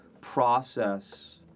process